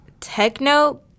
techno